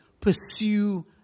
Pursue